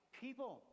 people